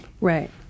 right